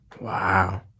Wow